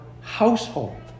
household